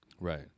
right